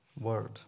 word